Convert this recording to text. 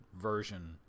Version